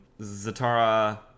zatara